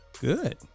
Good